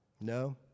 No